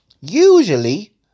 usually